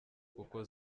kuko